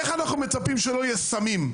איך אנחנו מצפים שלא יהיו סמים?